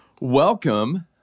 Welcome